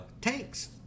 tanks